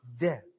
death